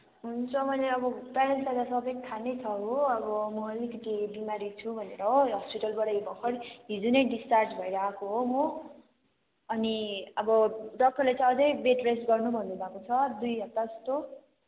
हुन्छ मैले अब पेरेन्ट्सलाई सबै थाह नै छ हो अब म अलिकति बिमारी छु भनेर हो हस्पिटलबाट भर्खर हिजो नै डिस्चार्ज भएर आएको हो म अनि अब डाक्टरले चाहिँ अझै बेड रेस्ट गर्नु भन्नुभएको छ दुई हप्ता जस्तो